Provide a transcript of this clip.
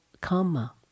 karma